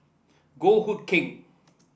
Goh Hood Keng